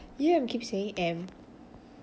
you know I keep saying M